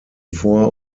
vor